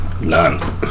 None